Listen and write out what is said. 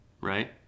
right